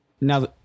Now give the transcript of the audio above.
Now